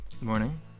morning